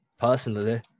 personally